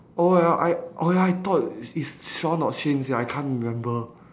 oh ya I oh ya I thought is shawn or shane sia I can't remember